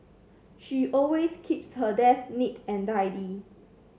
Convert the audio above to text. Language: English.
she always keeps her desk neat and tidy